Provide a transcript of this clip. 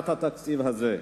בהכנת התקציב הזה.